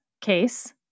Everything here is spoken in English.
case